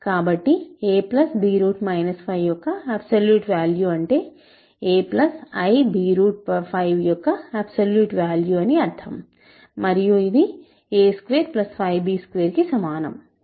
కాబట్టి a b 5 యొక్క absolute value అంటే a ib5 యొక్క అబ్సోల్యూట్ వాల్యు అని అర్థం మరియు ఇది a25b2 కి సమానం